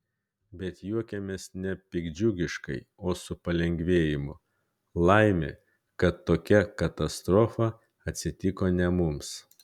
bet juokiamės ne piktdžiugiškai o su palengvėjimu laimė kad tokia katastrofa atsitiko ne mums